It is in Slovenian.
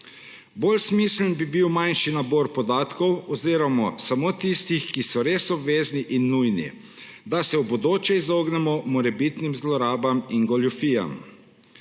Bolj smiseln bi bil manjši nabor podatkov oziroma samo tistih, ki so res obvezni in nujni, da se v bodoče izognemo morebitnim zlorabam in goljufijam.